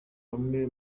bamwe